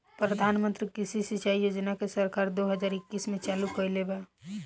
प्रधानमंत्री कृषि सिंचाई योजना के सरकार दो हज़ार इक्कीस में चालु कईले बा